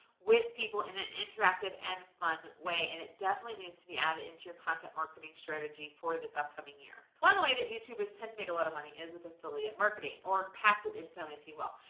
with people in an interactive and fun way. and it definitely needs to be added into your content marketing strategy for this upcoming year. one of the way that youtubers tend to make a lot of money, is with affiliate marketing, or passive income if you will.